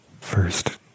First